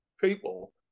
people